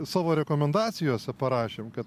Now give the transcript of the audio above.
savo rekomendacijose parašėm kad